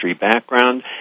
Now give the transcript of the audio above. background